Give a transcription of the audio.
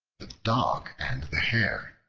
the dog and the hare